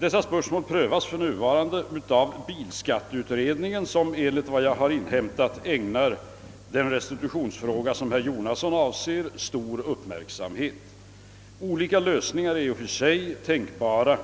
Dessa spörsmål prövas för närvarande av bilskatteutredningen, som, enligt vad jag inhämtat, ägnar den restitutionsfråga som herr Jonasson avser stor uppmärksamhet. Olika lösningar är i och för sig tänkbara.